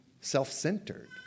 self-centered